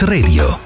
Radio